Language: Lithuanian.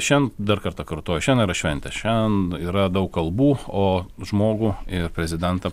šian dar kartą kartoju šian yra šventė šian yra daug kalbų o žmogų ir prezidentą